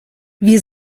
wir